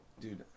dude